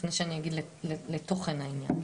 לפני שאני אגיע לתוכן העניין,